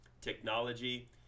technology